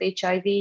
HIV